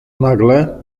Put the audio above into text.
nagle